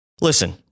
Listen